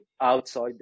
outside